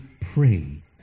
pray